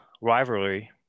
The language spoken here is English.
rivalry